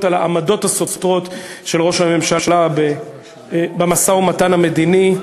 על העמדות הסותרות של ראש הממשלה במשא-ומתן המדיני.